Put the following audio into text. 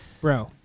Bro